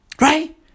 Right